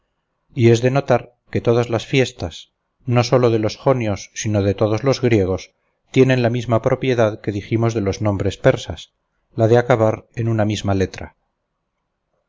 y es de notar que todas las fiestas no sólo de los jonios sino de todos los griegos tienen la misma propiedad que dijimos de los nombres persas la de acabar en una misma letra